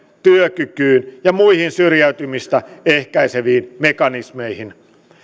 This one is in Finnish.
työkykyyn ja muihin syrjäytymistä ehkäiseviin mekanismeihin